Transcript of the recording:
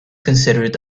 considered